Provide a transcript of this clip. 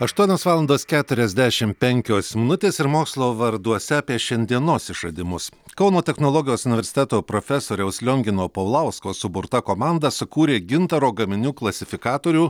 aštuonios valandos keturiasdešim penkios minutės ir mokslo varduose apie šiandienos išradimus kauno technologijos universiteto profesoriaus liongino paulausko suburta komanda sukūrė gintaro gaminių klasifikatorių